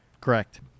Correct